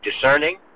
discerning